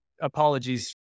Apologies